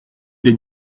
les